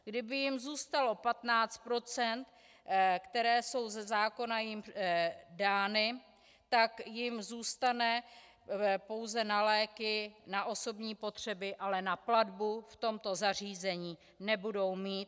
Kdyby jim zůstalo 15 %, která jsou ze zákona jim dána, tak jim zůstane pouze na léky, na osobní potřeby, ale na platbu v tomto zařízení nebudou mít.